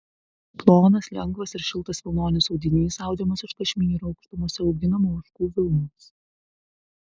plonas lengvas ir šiltas vilnonis audinys audžiamas iš kašmyro aukštumose auginamų ožkų vilnos